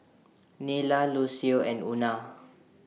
Nila Lucio and Una